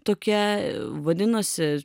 tokia vadinosi